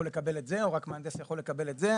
לקבל את זה או רק מהנדס יכול לקבל את זה.